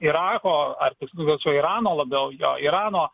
irako ar nu gal čia irano labiau jo irano